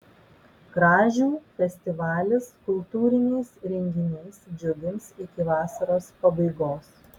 kražių festivalis kultūriniais renginiais džiugins iki vasaros pabaigos